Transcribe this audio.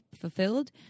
fulfilled